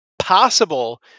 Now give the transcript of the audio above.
possible